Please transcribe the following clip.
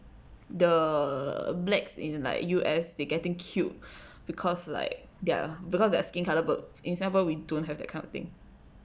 the blacks in like U_S they getting killed cause like their because their skin colour black in singapore we don't have that kind of thing